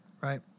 Right